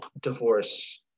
divorce